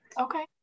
Okay